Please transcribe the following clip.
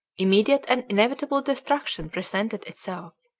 immediate and inevitable destruction presented itself.